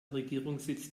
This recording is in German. regierungssitz